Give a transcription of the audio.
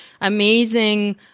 amazing